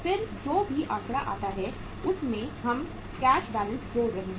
फिर जो भी आंकड़ा आता है उसमें हम कैश बैलेंस जोड़ रहे हैं